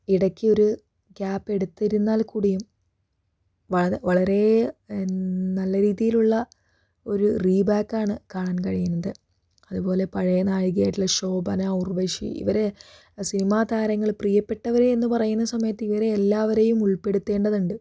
ഇടയ്ക്ക് ഒരു ഗ്യാപ് എടുത്തിരുന്നാൽക്കൂടിയും വളരേ നല്ല രീതിയിലുള്ള ഒരു റീബാക്ക് ആണ് കാണാൻ കഴിയുന്നത് അതുപോലെ പഴയ നായികയായിട്ടുള്ള ശോഭന ഉർവശി ഇവർ സിനിമ താരങ്ങൾ പ്രിയപ്പെട്ടവരേ എന്ന് പറയുന്ന സമയത്ത് ഇവരെ എല്ലാവരെയും ഉൾപ്പെടുത്തേണ്ടതുണ്ട്